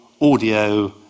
audio